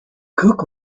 cook